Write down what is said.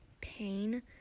pain